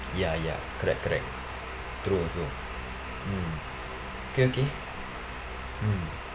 ya ya correct correct true also mm okay okay mm